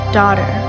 daughter